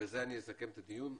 בזה אני מסכם את הדיון.